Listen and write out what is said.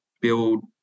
build